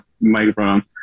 microphone